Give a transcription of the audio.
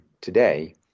today